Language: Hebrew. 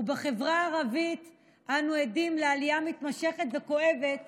ובחברה הערבית אנו עדים לעלייה מתמשכת וכואבת